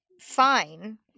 fine